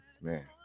man